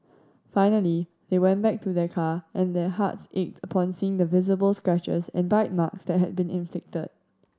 finally they went back to their car and their hearts ached upon seeing the visible scratches and bite marks that had been inflicted